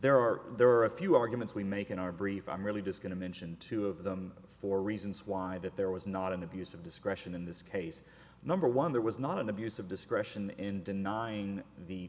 there are there are a few arguments we make in our brief i'm really just going to mention two of them four reasons why that there was not an abuse of discretion in this case number one there was not an abuse of discretion in denying the